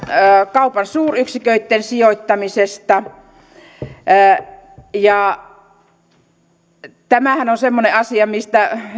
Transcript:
kaupan suuryksiköitten sijoittamisesta tämähän on semmoinen asia mistä